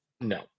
No